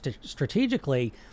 strategically